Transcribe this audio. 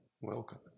welcome